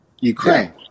Ukraine